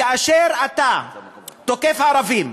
כאשר אתה תוקף ערבים,